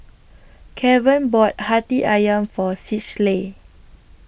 Kevon bought Hati Ayam For Schley